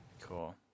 cool